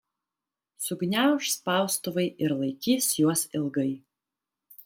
sugniauš spaustuvai ir laikys juos ilgai